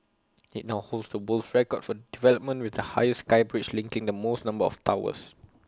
IT now holds the world's record for development with the highest sky bridge linking the most number of towers